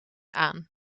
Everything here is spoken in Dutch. aan